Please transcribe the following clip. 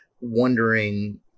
wondering